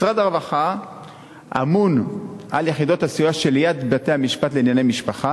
משרד הרווחה אמון על יחידות הסיוע שליד בתי-המשפט לענייני משפחה.